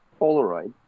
Polaroid